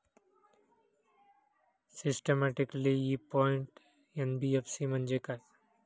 Systematically important NBFC म्हणजे काय?